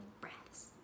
breaths